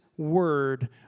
Word